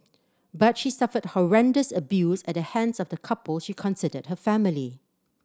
but she suffered horrendous abuse at the hands of the couple she considered her family